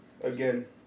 Again